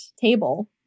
Table